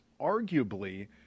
arguably